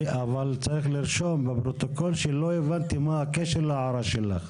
אבל צריך שיירשם בפרוטוקול שלא הבנתי מה הקשר להערה שלך.